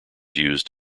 used